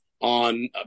on